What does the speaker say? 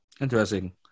Interesting